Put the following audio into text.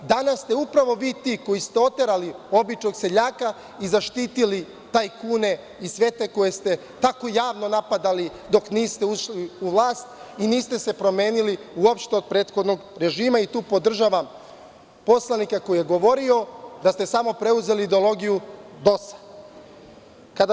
Danas ste upravo vi ti koji ste oterali običnog seljaka i zaštitili tajkune i sve te koje ste tako javno napadali dok niste ušli u vlast i niste se promenili uopšte od prethodnog režima i tu podržavam poslanika koji je govorio da ste samo preuzeli ideologiju DOS-a.